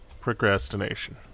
procrastination